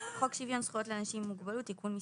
חוק שוויון זכויות לאנשים עם מוגבלות (תיקון מס'